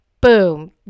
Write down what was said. boom